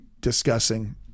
discussing